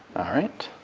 alright.